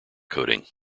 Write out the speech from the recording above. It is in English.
coating